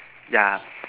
yeah